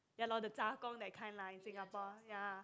ya lor the 杂工 that kind lah in Singapore